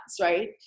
right